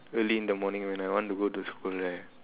early in the morning when I want to go to school right